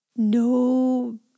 No